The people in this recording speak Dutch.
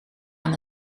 aan